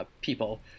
people –